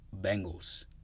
Bengals